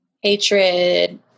hatred